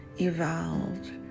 evolved